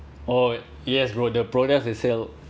oh yes bro the products they sell